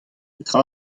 petra